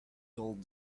told